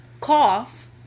cough